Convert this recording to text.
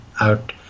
out